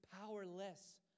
powerless